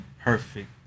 perfect